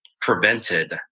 prevented